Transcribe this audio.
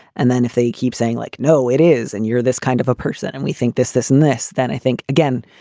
and then if they keep saying like, no, it is and you're this kind of a person and we think this, this and this. then i think, again,